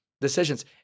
decisions